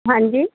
ਹਾਂਜੀ